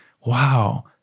Wow